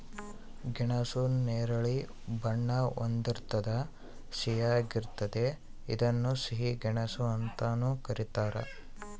ಗೆಣಸು ನೇರಳೆ ಬಣ್ಣ ಹೊಂದಿರ್ತದ ಸಿಹಿಯಾಗಿರ್ತತೆ ಇದನ್ನ ಸಿಹಿ ಗೆಣಸು ಅಂತಾನೂ ಕರೀತಾರ